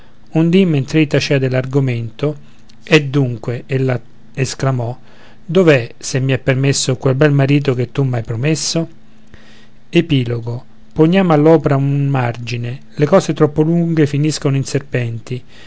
un dì mentr'ei tacea dell'argomento e dunque ella esclamò dov'è se mi è permesso quel bel marito che tu m'hai promesso epilogo poniam all'opra un margine le cose troppo lunghe finiscono in serpenti